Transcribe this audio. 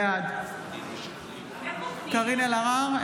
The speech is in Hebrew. בעד קארין אלהרר,